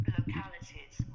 localities